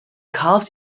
carved